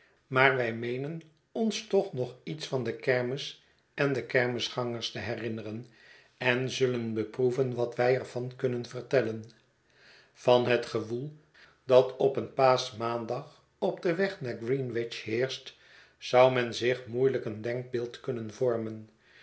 maar wij meenen ons toch nog iets van de kermis en de kermisgangers te herinneren en zullen beproeven wat wij er van kunnen vertellen van het gewoel dat op een paaschmaandag op den weg naar greenwich heerscht zou men zich moeielijk een denkbeeld kunnen vormen